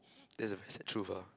that's a very sad truth ah